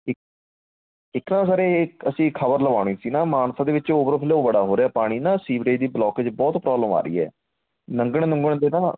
ਇੱਕ ਇੱਕ ਨਾ ਸਰ ਇਹ ਅਸੀਂ ਖ਼ਬਰ ਲਗਵਾਉਣੀ ਸੀ ਨਾ ਮਾਨਸਾ ਦੇ ਵਿੱਚ ਓਵਰ ਫਲੋ ਬੜਾ ਹੋ ਰਿਹਾ ਪਾਣੀ ਨਾ ਸੀਵਰੇਜ ਦੀ ਬਲੋਕੇਜ ਬਹੁਤ ਪ੍ਰੋਬਲਮ ਆ ਰਹੀ ਹੈ ਲੰਘਣ ਲੂਘਣ ਦੇ ਨਾ